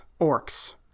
orcs